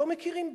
לא מכירים בהם.